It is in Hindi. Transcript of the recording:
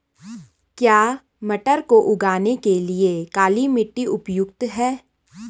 क्या मटर को उगाने के लिए काली मिट्टी उपयुक्त है?